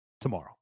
tomorrow